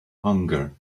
hunger